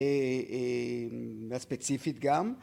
והספציפית גם